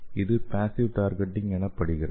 இது passive targeting எனப்படுகிறது